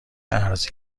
ارزی